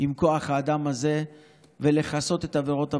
עם כוח האדם הזה ולכסות את עבירות הבנייה,